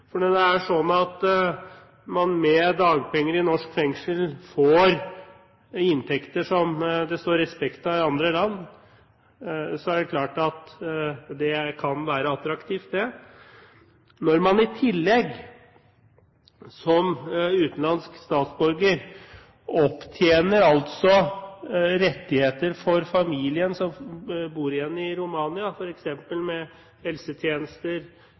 når det er sånn at man med dagpenger i norsk fengsel får inntekter som det står respekt av i andre land, er det klart at det kan være attraktivt. Når man i tillegg som utenlandsk statsborger opptjener rettigheter for familien som bor igjen i Romania, f.eks. helsetjenester,